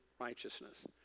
righteousness